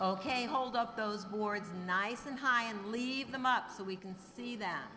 ok hold up those words nice and high and leave them up so we can see that